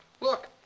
Look